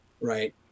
right